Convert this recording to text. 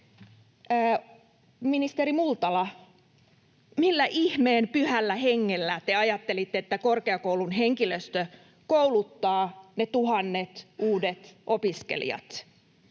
Ministeri Multala, millä ihmeen pyhällä hengellä te ajattelitte korkeakoulun henkilöstön kouluttavan ne tuhannet uudet opiskelijat?